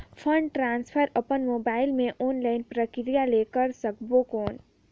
Fund transfer अपन mobile मे online प्रक्रिया ले कर सकबो कौन?